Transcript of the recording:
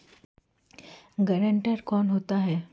Guarantor कौन होता है?